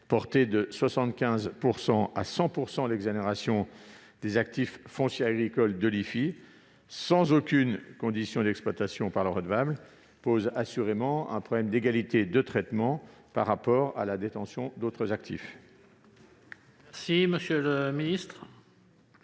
porter de 75 % à 100 % le taux de l'exonération des actifs fonciers agricoles de l'IFI, sans aucune condition d'exploitation par le redevable, pose assurément un problème d'égalité de traitement par rapport à la détention d'autres actifs. Quel est l'avis